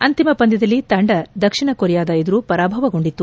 ಅಂತಿಮ ಪಂದ್ಯದಲ್ಲಿ ತಂಡ ದಕ್ಷಿಣ ಕೊರಿಯಾದ ಎದುರು ಪರಾಭವಗೊಂಡಿತ್ತು